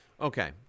Okay